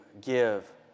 give